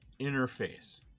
interface